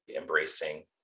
embracing